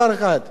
צעיר הייתי,